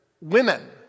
women